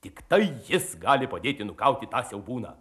tiktai jis gali padėti nukauti tą siaubūną